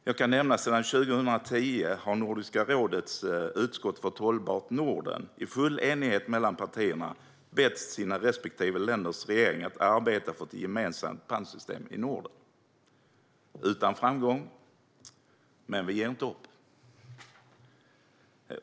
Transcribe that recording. Jag kan nämna att sedan 2010 har Nordiska rådets utskott för ett hållbart Norden i full enighet mellan partierna bett sina respektive länders regeringar att arbeta för ett gemensamt pantsystem i Norden, utan framgång, men vi ger inte upp.